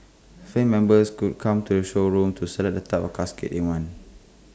family members could come to the showroom to select the type of caskets they want